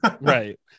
Right